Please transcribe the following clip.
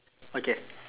okay